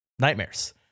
nightmares